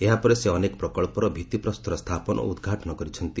ଏହା ପରେ ସେ ଅନେକ ପ୍ରକଳ୍ପର ଭିଭିପ୍ରସ୍ତର ସ୍ଥାପନ ଓ ଉଦ୍ଘାଟନ କରିଛନ୍ତି